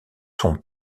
sont